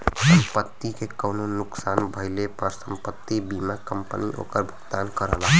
संपत्ति के कउनो नुकसान भइले पर संपत्ति बीमा कंपनी ओकर भुगतान करला